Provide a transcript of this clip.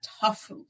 tough